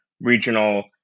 regional